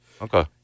Okay